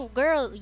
girl